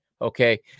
okay